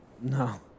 No